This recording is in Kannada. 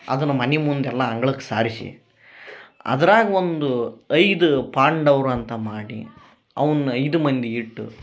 ಅದನ್ನ ಮನಿ ಮುಂದೆಲ್ಲ ಅಂಗ್ಳಕ್ಕೆ ಸಾರಿಸಿ ಅದ್ರಾಗ ಒಂದು ಐದು ಪಾಂಡವರು ಅಂತ ಮಾಡಿ ಅವ್ನ ಐದು ಮಂದಿಗಿಟ್ಟು